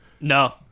No